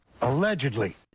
Allegedly